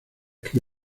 que